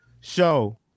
Show